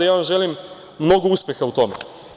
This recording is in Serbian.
Ja vam želim mnogo uspeha u tome.